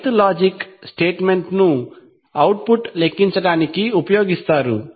ith logic స్టేట్మెంట్ను output లెక్కించడానికి ఉపయోగిస్తారు